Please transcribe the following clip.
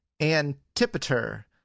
Antipater